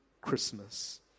Christmas